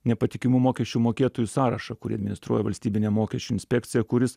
nepatikimų mokesčių mokėtojų sąrašą kurį administruoja valstybinė mokesčių inspekcija kuris